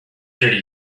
thirty